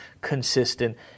consistent